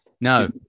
No